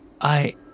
I-